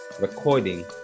recording